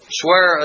swear